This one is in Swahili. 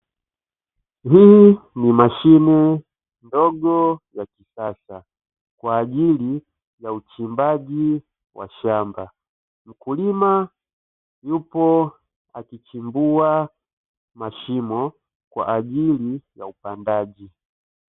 Hii ni mashine ndogo ya kisasa kwa ajili ya uchimbaji wa shamba, mkulima yupo akichimbua mashimo kwa ajili ya upandaji.